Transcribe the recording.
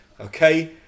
Okay